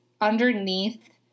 underneath